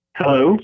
Hello